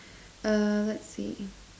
uh let's see